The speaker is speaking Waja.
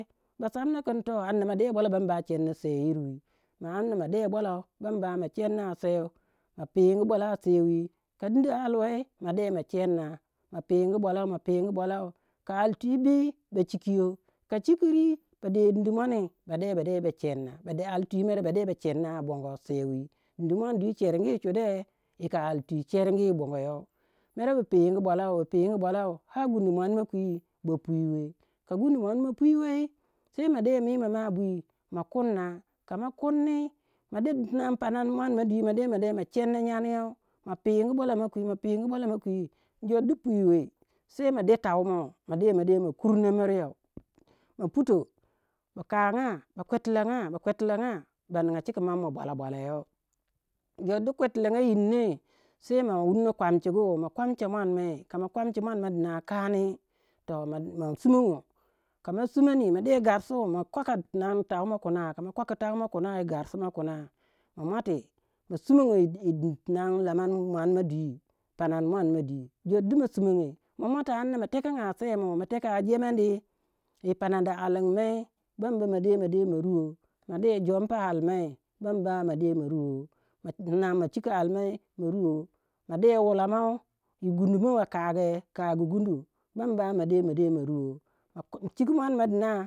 ba samna kin toh amna ma de bwalau bam ba ma chenna seu yir wi ma amna ma de bwalau bam ba ma chenna a seu ma pingu bwalau a seu wi ka dindi ali wei ma de ma chenna ma pingu bwalau ma pingu bwalau ka ali twi bi ba chikiyo ka chikiri ba de dindi muoni ba de ba de ba chenna ba de ali twi mere ba de ba chenna a bongo seu wi, din muon dwi chergi chude yika ali twi cherrgi bongo yoh. Mere bu pigu bwalou, bu pigu bwalau har gundu muon ma kwi ba pwiwe ka gundu muon ma pwiwe sei ma de mima ma bwi ma kurna kama kurni ma de din- tinang panan muon ma dwi ma de ma chena nyan yoh ma pingu bwalau ma kwi, ma pingu bwala ma kwi. Jor du pwiwei sei ma de tau moh ma de ma de kurno miryow ma puta ba kanga ba kwetilanga, ba kwetilanga ba ninga chika ma bwala bwalayou. Jor du kwetilanga yinnoi sei ma wunno komchugu, ma komcha muon moi kama kachi muon ma dina kani toh ma sumongo kama sumoni ma de garsu ma kwaka tinang tauma kina kama kwaki tau ma kina yi garsu ma kuna ma muati ma sumongo yi d- yi- d- yi- tinang laman muon ma dwi panan muon ma dwi. Jor du ma sumongoi ma muati amna ma tenanga seimo ma teka jemandi yi panandi alimai ba moh ma de ma ruwo ma de jompi alimai bam ba ma de ma ruwo, ma chiki alimai ma ruwo, ma de wulamou yi gundu mou a kage kagu gundu bam bama de ma ruwa. Ma komchigu muon ma dina.